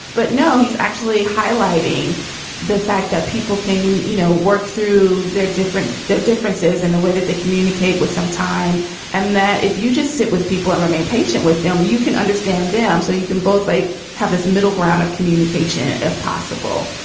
but no he's actually highlighting the fact that people can you know work through their different. there are differences in the way that they communicate with some time and that if you just sit with people and remain patient with them you can understand them. so you can both like have this middle ground of communication if possible.